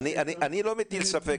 אני לא מטיל ספק,